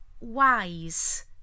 wise